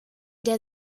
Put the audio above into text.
der